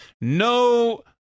No